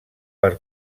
per